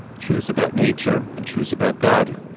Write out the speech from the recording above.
truths about nature, and truths about god,